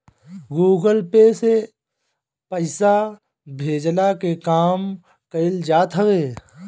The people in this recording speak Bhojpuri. गूगल पे से पईसा भेजला के काम कईल जात हवे